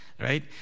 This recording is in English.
right